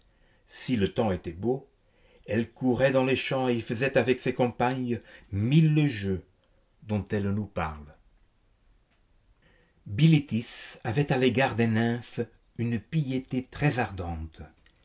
si le temps était beau elle courait dans les champs et faisait avec ses compagnes mille jeux dont elle nous parle bilitis avait à l'égard des nymphes une piété très ardente